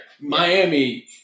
Miami